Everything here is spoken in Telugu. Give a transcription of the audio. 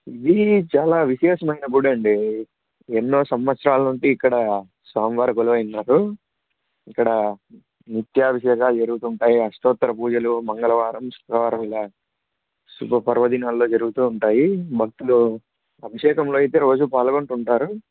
ఇవి చాలా విశేషమైన గుడి అండి ఎన్నో సంవత్సరాల నుంటి ఇక్కడ స్వామి వారు కొలువై ఉన్నారు ఇక్కడ నిత్యా విశేషాలు జరుగుతు ఉంటాయి అష్టోత్తర పూజలు మంగళవారం శుక్రవారం ఇలా శుభపర్వదినాల్లో జరుగుతు ఉంటాయి భక్తులు అభిషేకంలో అయితే రోజు పాల్గొంటు ఉంటారు